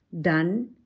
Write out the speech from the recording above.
done